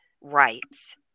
rights